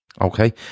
Okay